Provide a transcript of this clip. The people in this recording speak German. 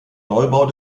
neubau